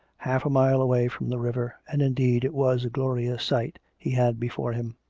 half a mile away from the river, and, indeed, it was a glorious sight he had before him.